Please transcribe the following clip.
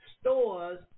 stores